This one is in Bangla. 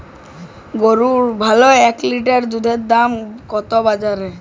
গরুর ভালো এক লিটার দুধের দাম কত বাজারে?